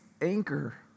anchor